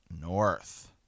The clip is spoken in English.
north